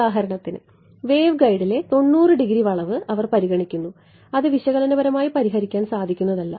ഉദാഹരണത്തിന് വേവ്ഗൈഡിലെ 90 ഡിഗ്രി വളവ് അവർ പരിഗണിക്കുന്നു അത് വിശകലനപരമായി പരിഹരിക്കാൻ സാധിക്കുന്നതല്ല